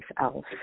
else